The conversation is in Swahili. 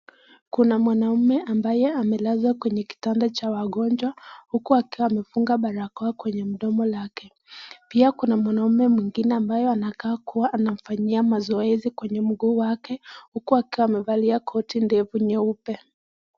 Kuna mwanaume ambaye amelazwa kwenye kitanda cha wagonjwa huku akiwa amefunga barakoa kwenye mdomo lake. Pia kuna mwanaume mwingine ambaye anakaa kuwa anamfanyia mazoezi kwenye mguu wake huku akiwa amevalia koti ndefu nyeupe.